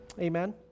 Amen